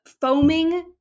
foaming